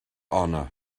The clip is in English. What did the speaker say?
honor